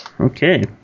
Okay